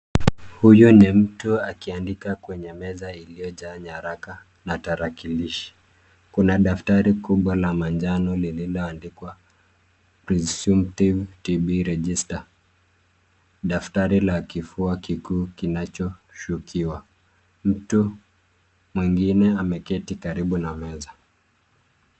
Huyu ni mtu akiandika kwenye meza iliyojaa nyaraka na tarakilishi. Kuna daftari kubwa la manjano liloandikwa presumpitive tb register daftari la kifua kikuu kinachoshukiwa, mtu mwingine ameketi karibu na meza.